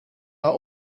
are